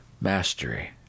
mastery